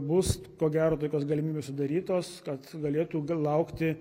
bus ko gero tokios galimybės sudarytos kad galėtų laukti